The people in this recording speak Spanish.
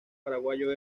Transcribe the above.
paraguayo